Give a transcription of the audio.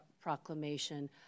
Proclamation